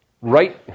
right